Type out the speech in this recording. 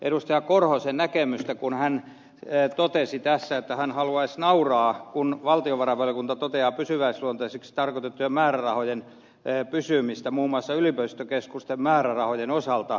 martti korhosen näkemystä kun hän totesi että hän haluaisi nauraa kun valtiovarainvaliokunta toteaa pysyväisluonteisiksi tarkoitettujen määrärahojen pysymisen muun muassa yliopistokeskusten määrärahojen osalta